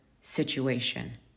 situation